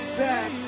back